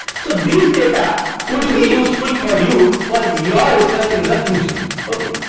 so these data could be useful for you for your research in the future okay